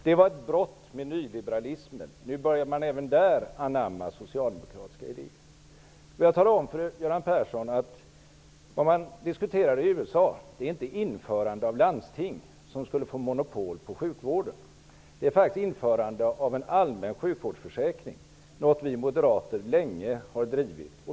Det var ett brott med nyliberalismen, och nu börjar man även i USA anamma socialdemokratiska idéer. Jag vill upplysa Göran Persson om att det som man diskuterar i USA inte är införandet av landsting som skulle få monopol på sjukvården, utan införande en allmän sjukvårdsförsäkring, en fråga som vi moderater länge har drivit.